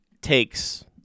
takes